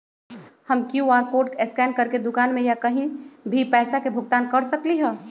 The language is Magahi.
हम कियु.आर कोड स्कैन करके दुकान में या कहीं भी पैसा के भुगतान कर सकली ह?